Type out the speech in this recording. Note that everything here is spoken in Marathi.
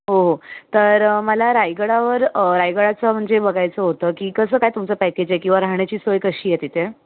हो तर मला रायगडावर रायगडाचं म्हणजे बघायचं होतं की कसं काय तुमचं पॅकेज आहे किंवा राहण्याची सोय कशी आहे तिथे